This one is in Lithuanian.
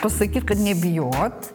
pasakyt kad nebijot